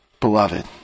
Beloved